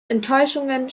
enttäuschungen